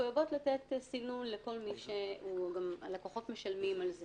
מחויבות לתת סינון לכל מי ש גם הלקוחות משלמים על זה